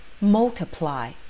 multiply